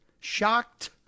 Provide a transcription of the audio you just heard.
Shocked